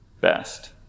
best